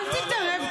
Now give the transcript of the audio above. אל תתערב.